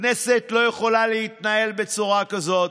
הכנסת לא יכולה להתנהל בצורה כזאת,